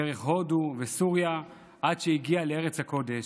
דרך הודו וסוריה, עד שהגיע לארץ הקודש.